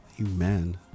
Amen